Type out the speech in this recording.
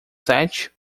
sete